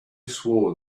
swore